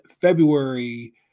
February